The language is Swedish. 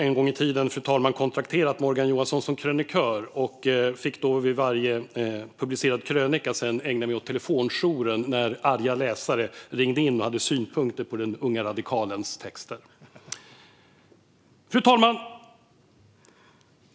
En gång i tiden har jag dessutom kontrakterat Morgan Johansson som krönikör och fick då efter varje publicerad krönika ägna mig åt att ha telefonjour för arga läsare som ringde in och hade synpunkter på den unge radikalens texter. Fru talman!